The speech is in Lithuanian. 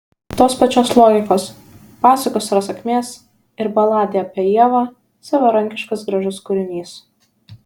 tos pačios logikos pasakos ar sakmės ir baladė apie ievą savarankiškas gražus kūrinys